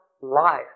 life